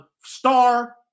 star